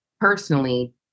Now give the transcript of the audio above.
personally